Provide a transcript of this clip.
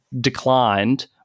declined